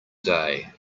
day